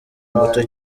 muto